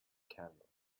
candle